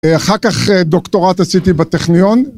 אחר כך דוקטורט עשיתי בטכניון